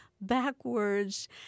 backwards